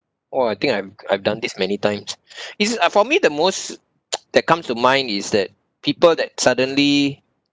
!wah! I think I've I've done this many times is it for me the most that comes to mind is that people that suddenly